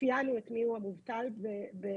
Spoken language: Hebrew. אפיינו את מי הוא המובטל במקרו.